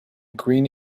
green